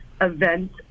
event